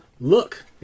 Look